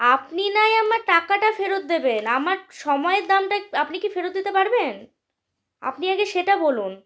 আপনি নাহয় আমার টাকাটা ফেরত দেবেন আমার সময়ের দামটা আপনি কি ফেরত দিতে পারবেন আপনি আগে সেটা বলুন